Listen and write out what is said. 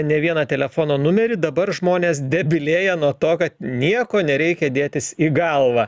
ne vieną telefono numerį dabar žmonės debilėja nuo to kad nieko nereikia dėtis į galvą